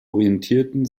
orientierten